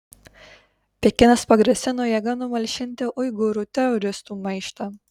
pekinas pagrasino jėga numalšinti uigūrų teroristų maištą